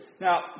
Now